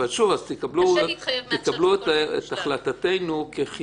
אז קבלו את החלטתנו כך